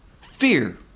fear